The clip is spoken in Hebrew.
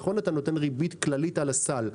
נכון אתה נותן ריבית כללית על הסל,